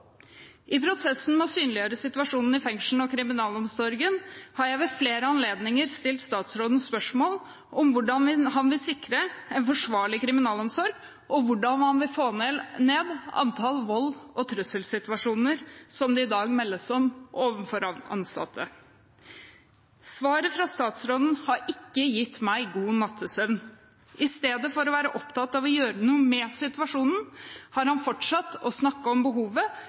I prosessen med å synliggjøre situasjonen i fengslene og kriminalomsorgen har jeg ved flere anledninger stilt statsråden spørsmål om hvordan han vil sikre en forsvarlig kriminalomsorg, og hvordan han vil få ned antall volds- og trusselsituasjoner overfor ansatte som det i dag meldes om. Svaret fra statsråden har ikke gitt meg god nattesøvn. I stedet for å være opptatt av å gjøre noe med situasjonen har han fortsatt å snakke om behovet